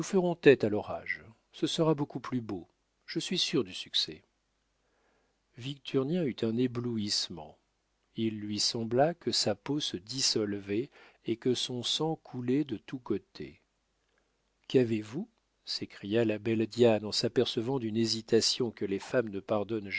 ferons tête à l'orage ce sera beaucoup plus beau je suis sûre du succès victurnien eut un éblouissement il lui sembla que sa peau se dissolvait et que son sang coulait de tous côtés qu'avez-vous s'écria la belle diane en s'apercevant d'une hésitation que les femmes ne pardonnent